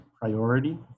priority